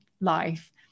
life